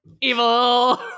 Evil